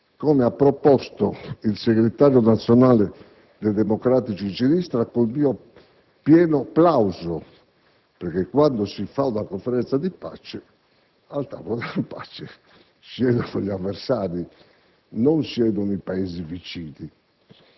come ha proposto il segretario nazionale dei Democratici di Sinistra con il mio pieno plauso. Infatti, quando si fa una conferenza di pace al tavolo siedono gli avversari e non i Paesi vicini.